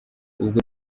ubwo